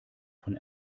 von